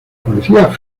policía